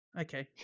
Okay